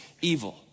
evil